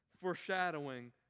foreshadowing